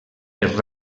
per